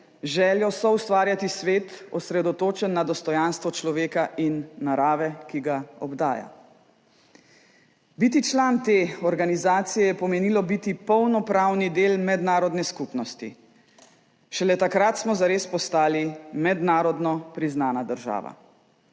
željo soustvarjati svet, osredotočen na dostojanstvo človeka in narave, ki ga obdaja. Biti član te organizacije je pomenilo biti polnopravni del mednarodne skupnosti. Šele takrat smo zares postali mednarodno priznana država.